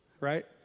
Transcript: right